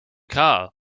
car